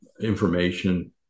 information